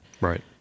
Right